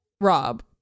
Rob